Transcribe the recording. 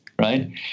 right